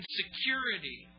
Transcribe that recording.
security